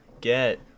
Get